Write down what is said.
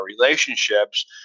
relationships